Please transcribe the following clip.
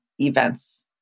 events